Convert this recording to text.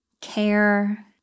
care